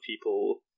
people